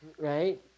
Right